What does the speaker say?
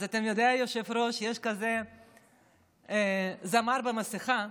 אז אתה יודע, היושב-ראש, יש כזה זמר במסכה,